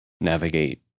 navigate